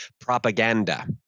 propaganda